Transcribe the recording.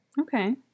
Okay